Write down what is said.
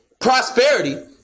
prosperity